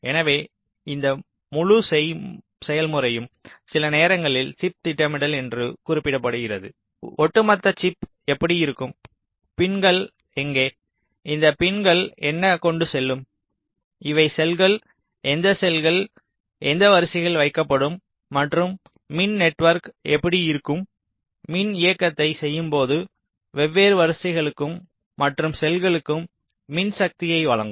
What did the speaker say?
எனவே இந்த முழு செயல்முறையும் சில நேரங்களில் சிப் திட்டமிடல் என குறிப்பிடப்படுகிறது ஒட்டுமொத்த சிப் எப்படி இருக்கும் பின்களை எங்கே இந்த பின்கள் என்ன கொண்டு செல்லும் இவை செல்கள் எந்த செல்கள் எந்த வரிசைகளில் வைக்கப்படும் மற்றும் மின் நெட்வொர்க் எப்படி இருக்கும் மின் இயக்கத்தை செய்யும் போது வெவ்வேறு வரிசைகளுக்கும் மற்றும் செல்களுக்கும் மின் சக்தியை வழங்கும்